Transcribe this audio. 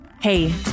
Hey